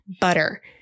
butter